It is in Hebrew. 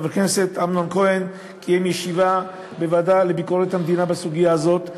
חבר הכנסת אמנון כהן קיים ישיבה בוועדה לביקורת המדינה בסוגיה הזאת.